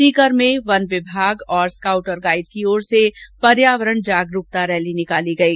सीकर में वन विभाग और स्काउट और गाईड की और से पर्यावरण जागरूकता रैली निकाली गई